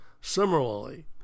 Similarly